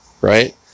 right